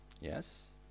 yes